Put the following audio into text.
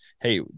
hey